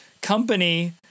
company